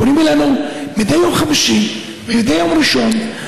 פונים אלינו מדי יום חמישי ומדי יום ראשון.